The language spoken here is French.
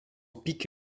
pick